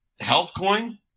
HealthCoin